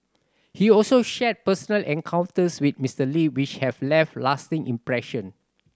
he also shared personal encounters with Mister Lee which have left lasting impression